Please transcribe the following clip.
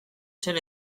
zer